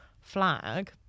flag